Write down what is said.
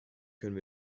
können